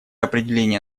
определения